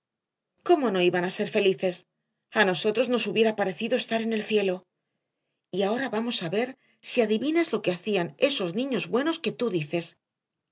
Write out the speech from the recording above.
cómo no iban a ser felices a nosotros nos hubiera parecido estar en el cielo y ahora vamos a ver si adivinas lo que hacían esos niños buenos que tú dices